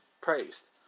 praised